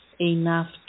enough